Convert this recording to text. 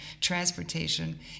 transportation